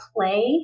play